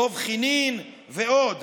דב חנין ועוד.